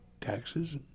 taxes